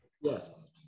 Yes